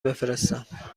بفرستم